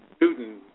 Newton